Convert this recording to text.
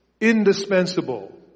indispensable